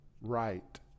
right